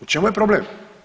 U čemu je problem?